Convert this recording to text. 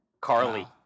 Carly